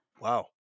Wow